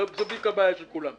זו בדיוק הבעיה של כולם.